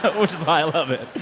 but which is why i love it.